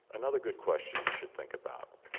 another good question you should think about.